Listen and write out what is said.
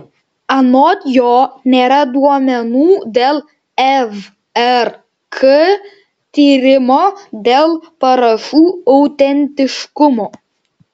anot jo nėra duomenų dėl vrk tyrimo dėl parašų autentiškumo